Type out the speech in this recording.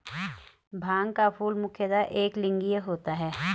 भांग का फूल मुख्यतः एकलिंगीय होता है